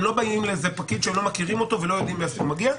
הם לא באים לאיזה פקיד שהם לא מכירים ולא יודעים מאיפה הוא מגיע.